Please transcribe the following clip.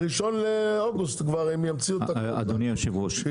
וב-1 באוגוסט הם כבר יוציאו --- תתארגנו.